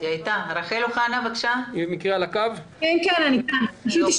בבקשה תני